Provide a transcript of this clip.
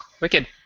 Wicked